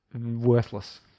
worthless